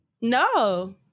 No